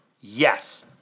Yes